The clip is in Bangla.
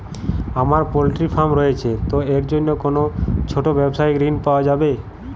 আমার পোল্ট্রি ফার্ম রয়েছে তো এর জন্য কি কোনো ছোটো ব্যাবসায়িক ঋণ পাওয়া যাবে?